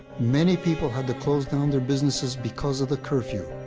many people had to close down their businesses because of the curfew.